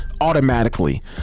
automatically